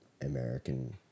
American